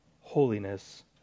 holiness